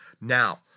now